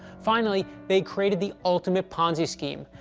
finally, they created the ultimate ponzi scheme.